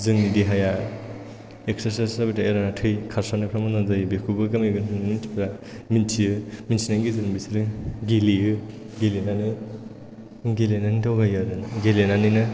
जोंनि देहाया एक्सारसाइस जाबाय थायो आरोना थै खारसारनायफोरा मोजां जायो बेखौबो गामि गोथौनि मानसिफ्रा मिनथियो मिनथिनायनि गेजेरजों बिसोरो गेलेयो गेलेनानै दावबायो आरोना गेलेनानैनो